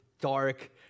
dark